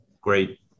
Great